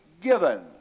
given